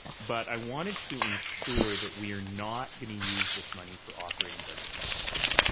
but i wanted to ensure that we are not going to use this money for operating budget purposes.